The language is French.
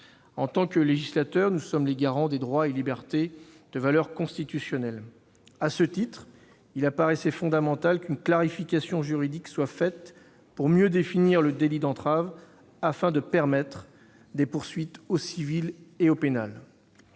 En tant que législateur, nous sommes les garants des droits et des libertés de valeur constitutionnelle. À ce titre, il apparaissait fondamental qu'une clarification juridique soit apportée, pour mieux définir le délit d'entrave et permettre des poursuites au civil et au pénal.